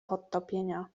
podtopienia